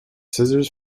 scissors